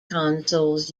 consoles